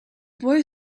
boy